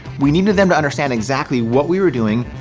we needed them to understand exactly what we were doing,